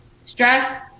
Stress